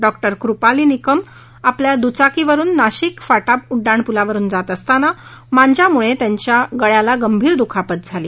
doctor Kupali Nikam आपल्या दुचाकीवरून नाशिक फाटा उड्डाणपुलावरून जात असताना मांज्यामुळे त्यांच्या गळ्याला गंभीर दुखापत झाली